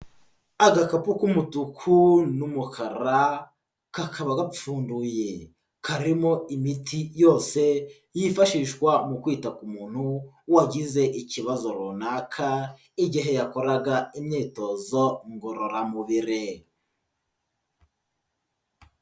Agakapu k'umutuku n'umukara, kakaba gafunguye karimo imiti yose yifashishwa mu kwita ku muntu wagize ikibazo runaka, igihe yakoraga imyitozo ngororamubiri.